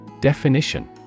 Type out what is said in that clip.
Definition